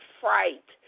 fright